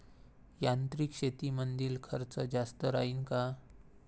यांत्रिक शेतीमंदील खर्च जास्त राहीन का?